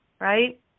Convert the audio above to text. right